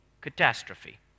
catastrophe